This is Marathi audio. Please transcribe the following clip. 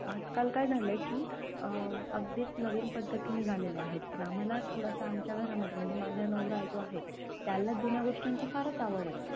आजकाल काय झालं आहे की अगदीच नवीन पद्धती निघालेल्या आहेत पण आम्हाला थोडासा आमच्या घरामध्ये म्हणजे माझा नवरा जो आहे त्याला जुन्या गोष्टींची फारच आवड आहे